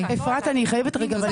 אפרת, אני חייבת רגע שנייה להתפרץ.